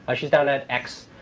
but she's down at x.